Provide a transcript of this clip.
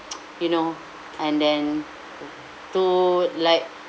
you know and then to like